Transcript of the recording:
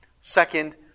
Second